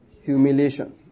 Humiliation